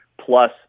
plus